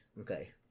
Okay